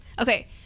Okay